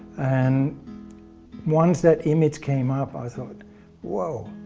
and once that image came up i thought woo,